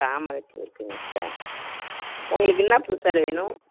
தாமரைப்பூ இருக்குங்க சார் உங்களுக்கு என்ன பூ சார் வேணும்